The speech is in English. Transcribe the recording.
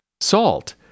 Salt